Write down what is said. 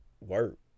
work